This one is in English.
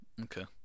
okay